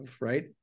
right